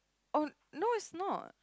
oh no it's not